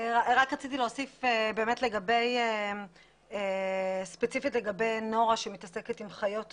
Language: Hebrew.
רק רציתי להוסיף ספציפית לגבי נורה שמתעסקת עם חיות בר,